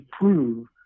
prove